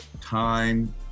time